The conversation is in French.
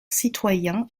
citoyen